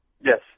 Yes